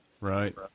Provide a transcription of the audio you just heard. Right